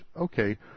okay